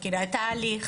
מכירה את ההליך,